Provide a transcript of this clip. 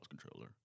controller